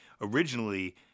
Originally